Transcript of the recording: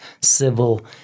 civil